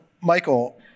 Michael